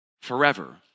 forever